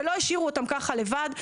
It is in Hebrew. ולא השאירו אותם ככה לבד,